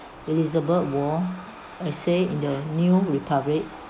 elizabeth war essay in the new republic